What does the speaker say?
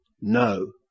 No